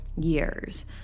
years